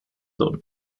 homme